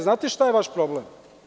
Znate šta je vaš problem?